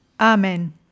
Amen